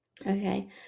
Okay